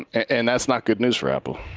and that's not good news for apple.